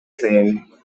claim